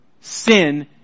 sin